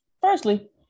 Firstly